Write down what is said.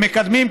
הם מקדמים,